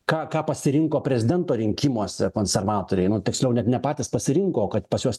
ką ką pasirinko prezidento rinkimuose konservatoriai nu tiksliau net ne patys pasirinko o kad pas juos